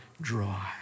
dry